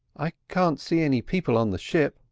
i can't see any people on the ship,